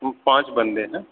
ہم پانچ بندے ہیں